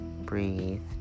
Breathe